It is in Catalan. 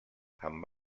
amb